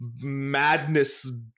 madness